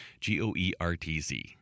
G-O-E-R-T-Z